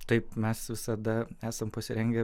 taip mes visada esam pasirengę